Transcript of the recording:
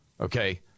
okay